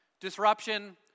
disruption